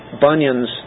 Bunyan's